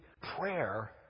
prayer